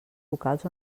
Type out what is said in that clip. locals